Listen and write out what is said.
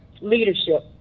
leadership